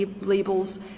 labels